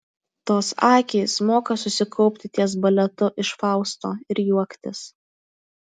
tos akys moka susikaupti ties baletu iš fausto ir juoktis